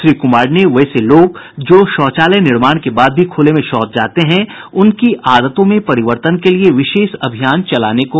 श्री कुमार ने वैसे लोग जो शौचालय निर्माण के बाद भी खुले में शौच जाते हैं उनकी आदतों में परिवर्तन के लिए विशेष अभियान चलाने को कहा